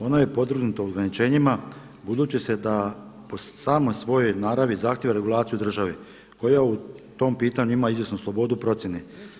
Ono je podvrgnuto ograničenjima budi se da, po samoj svojoj naravi zahtjeva regulaciju države koja u tom pitanju ima izvjesnu slobodu procjene.